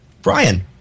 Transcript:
Brian